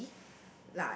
congee